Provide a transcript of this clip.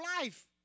life